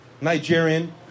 Nigerian